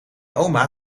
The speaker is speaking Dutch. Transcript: oma